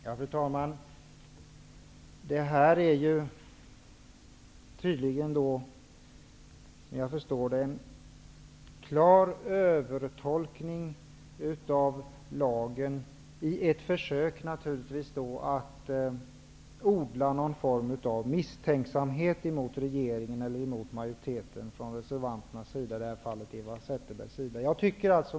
Fru talman! Som jag förstår det, är det här tydligen fråga om en klar övertolkning av lagen, naturligtvis i ett försök att odla någon form av misstänksamhet mot regeringen eller mot majoriteten från reservanternas och i det här fallet Eva Zetterbergs sida.